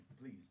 please